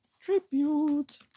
Tribute